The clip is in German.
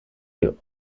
die